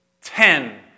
ten